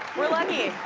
we're lucky.